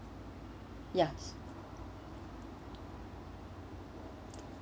ya